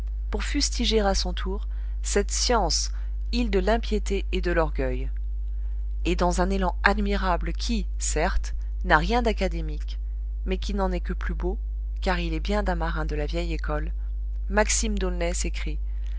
pour fustiger à son tour cette science île de l'impiété et de l'orgueil et dans un élan admirable qui certes n'a rien d'académique mais qui n'en est que plus beau car il est bien d'un marin de la vieille école maxime d'aulnay s'écrie